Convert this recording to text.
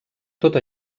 tot